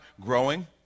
growing